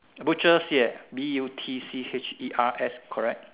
butchers yes B_U_T_C_H_E_R_S correct